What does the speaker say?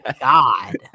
God